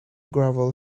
gravel